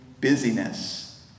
busyness